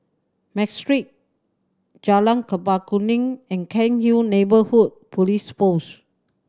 Matrix Jalan Chempaka Kuning and Cairnhill Neighbourhood Police Post